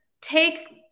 take